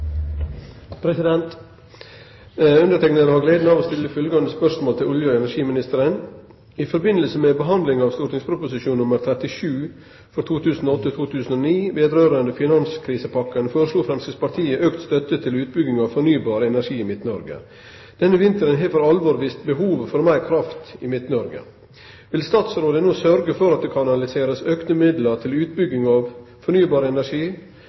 37 for 2008–2009 vedrørende finanskrisepakken foreslo Fremskrittspartiet økt støtte til utbygging av fornybar energi i Midt-Norge. Denne vinteren har for alvor vist behovet for mer kraft i Midt-Norge. Vil statsråden nå sørge for at det kanaliseres økte midler til utbygging av energi,